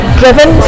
driven